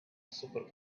super